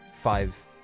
five